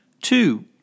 Two